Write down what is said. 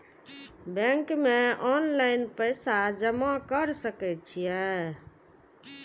Bank में online पैसा जमा कर सके छीये?